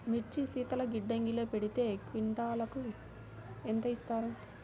మిర్చి శీతల గిడ్డంగిలో పెడితే క్వింటాలుకు ఎంత ఇస్తారు?